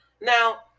Now